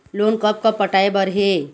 Loan कब कब पटाए बर हे?